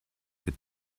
der